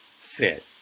fit